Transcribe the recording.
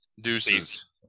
Deuces